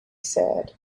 said